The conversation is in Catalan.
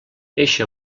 eixe